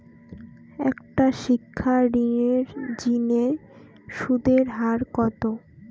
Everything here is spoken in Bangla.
একটা শিক্ষা ঋণের জিনে সুদের হার কত?